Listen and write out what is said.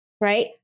right